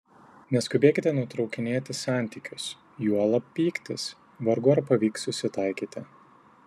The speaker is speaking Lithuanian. neskubėkite nutraukinėti santykius juolab pyktis vargu ar pavyks susitaikyti